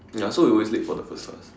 ya so we always late for the first class